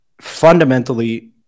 fundamentally